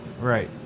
Right